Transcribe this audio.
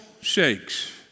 shakes